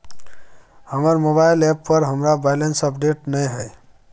हमर mobile app पर हमरा बैलेंस अपडेट नय हय